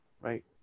right